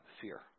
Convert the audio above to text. fear